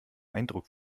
eindruck